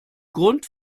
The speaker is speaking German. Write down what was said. grund